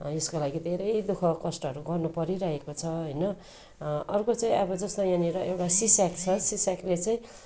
यसको लागि धेरै दुःख कष्टहरू गर्नु परिरहेको छ होइन अर्को चाहिँ अब जस्तै यहाँनिर एउटा सिस्याक छ सिस्याकले चाहिँ